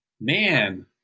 Man